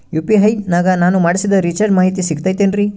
UPI ನಾಗ ನಾನು ಮಾಡಿಸಿದ ರಿಚಾರ್ಜ್ ಮಾಹಿತಿ ಸಿಗುತೈತೇನ್ರಿ?